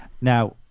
Now